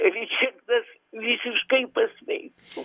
ričardas visiškai pasveiktų